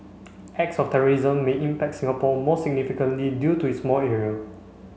acts of terrorism may impact Singapore more significantly due to its small area